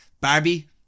Barbie